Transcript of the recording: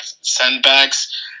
sandbags